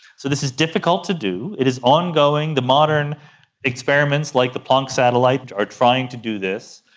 so this is difficult to do, it is ongoing. the modern experiments like the planck satellite are trying to do this.